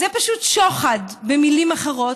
זה פשוט שוחד, במילים אחרות,